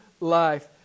life